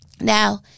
now